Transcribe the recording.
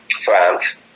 France